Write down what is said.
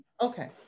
Okay